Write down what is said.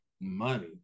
money